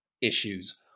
issues